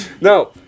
No